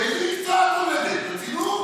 באיזו מקצוע את עובדת, ברצינות?